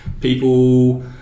people